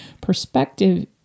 perspective